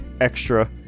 extra